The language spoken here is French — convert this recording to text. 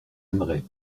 aimeraient